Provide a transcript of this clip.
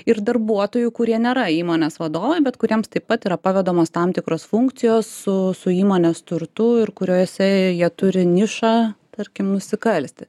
ir darbuotojų kurie nėra įmonės vadovai bet kuriems taip pat yra pavedamos tam tikros funkcijos su su įmonės turtu ir kuriose jie turi nišą tarkim nusikalsti